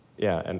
yeah. and